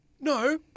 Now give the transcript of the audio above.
no